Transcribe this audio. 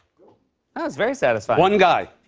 that was very satisfying. one guy.